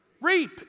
Reap